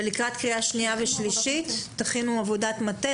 ולקראת קריאה שנייה ושלישית תכינו עבודת מטה,